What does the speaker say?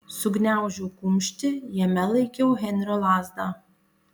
sugniaužiau kumštį jame laikiau henrio lazdą